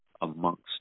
amongst